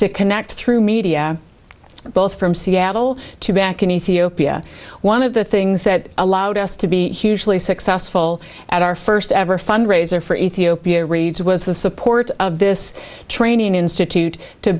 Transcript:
to connect through media both from seattle to back in ethiopia one of the things that allowed us to be hugely successful at our first ever fundraiser for ethiopia reads was the support of this training institute to